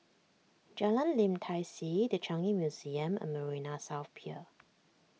Jalan Lim Tai See the Changi Museum and Marina South Pier